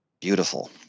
Beautiful